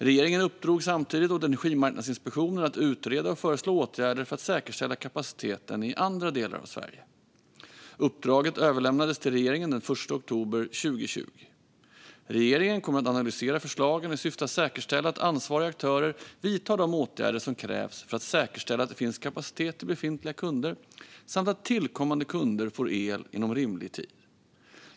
Regeringen uppdrog samtidigt åt Energimarknadsinspektionen att utreda och föreslå åtgärder för att säkerställa kapaciteten i andra delar av Sverige. Uppdraget överlämnades till regeringen den 1 oktober 2020. Regeringen kommer att analysera förslagen i syfte att säkerställa att ansvariga aktörer vidtar de åtgärder som krävs för att säkerställa att det finns kapacitet till befintliga kunder samt att tillkommande kunder får el inom rimlig tid.